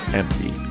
empty